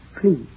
Please